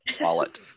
wallet